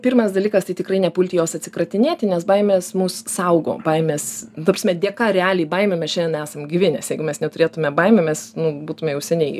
pirmas dalykas tai tikrai nepulti jos atsikratinėti nes baimės mus saugo baimės ta prasme dėka realiai baimių mes šiandien esam gyvi nes jeigu mes neturėtume baimių mes būtume jau seniai